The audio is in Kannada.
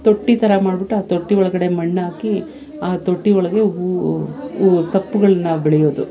ತೊಟ್ಟಿ ಥರ ಮಾಡಿಬಿಟ್ಟು ಆ ತೊಟ್ಟಿ ಒಳಗಡೆ ಮಣ್ಣಾಕಿ ಆ ತೊಟ್ಟಿ ಒಳಗೆ ಹೂವು ಹೂ ಸೊಪ್ಪುಗಳನ್ನ ಬೆಳೆಯೋದು